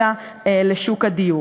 אלא לשוק הדיור.